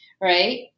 right